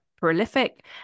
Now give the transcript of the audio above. prolific